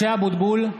(קורא בשמות חברי הכנסת) משה אבוטבול,